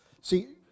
See